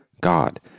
God